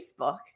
Facebook